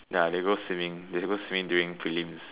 ya they go swimming they go swimming during prelims